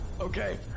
Okay